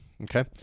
Okay